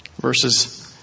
verses